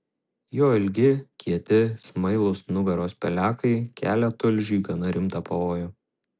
jo ilgi kieti smailūs nugaros pelekai kelia tulžiui gana rimtą pavojų